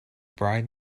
bride